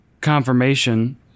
confirmation